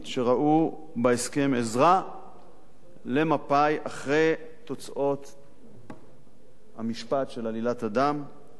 שראו בהסכם עזרה למפא"י אחרי תוצאות המשפט של "עלילת הדם"